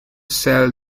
sell